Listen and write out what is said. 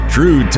True